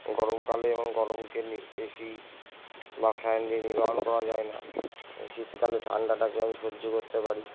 গরমকালে যেমন গরমকে নি এসি বা ফ্যান দিয়ে নিবারণ করা যায় না শীতকালে ঠান্ডাটাকে আমি সহ্য করতে পারি